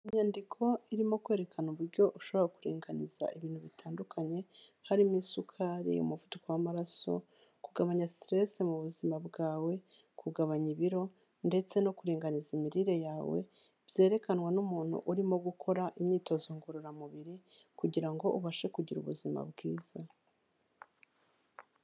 Inyandiko irimo kwerekana uburyo ushobora kuringaniza ibintu bitandukanye, harimo isukari, umuvuduko w'amaraso, kugabanya siteresi mu buzima bwawe, kugabanya ibiro, ndetse no kuringaniza imirire yawe, byerekanwa n'umuntu urimo gukora imyitozo ngororamubiri kugirango ubashe kugira ubuzima bwiza.